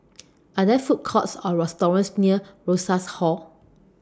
Are There Food Courts Or restaurants near Rosas Hall